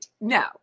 No